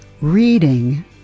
Reading